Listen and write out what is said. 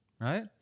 right